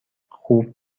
خوب